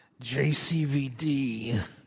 JCVD